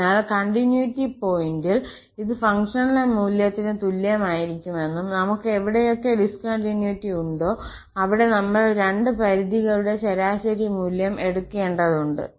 അതിനാൽ കണ്ടിന്യൂറ്റി പോയിന്റിൽ ഇത് ഫങ്ഷണൽ മൂല്യത്തിന് തുല്യമായിരിക്കുമെന്നും നമുക്ക് എവിടെയൊക്കെ ഡിസ്കണ്ടിന്യൂറ്റി ഉണ്ടോ അവിടെ നമ്മൾ രണ്ട് പരിധികളുടെ ശരാശരി മൂല്യം എടുക്കേണ്ടതുണ്ട്